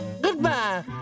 goodbye